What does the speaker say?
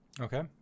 Okay